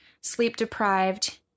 sleep-deprived